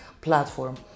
platform